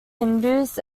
hindus